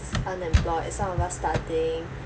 unemployed some of us starting